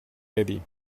eddie